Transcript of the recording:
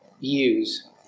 views